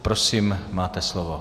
Prosím, máte slovo.